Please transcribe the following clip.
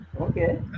Okay